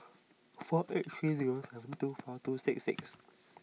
four eight three zero seven two four two six six